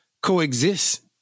coexist